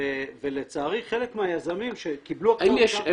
לצערי חלק מהיזמים שקיבלו הקצאות קרקע